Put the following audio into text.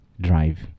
Drive